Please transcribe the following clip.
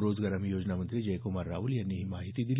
रोजगार हमी योजना मंत्री जयकुमार रावल यांनी ही माहिती दिली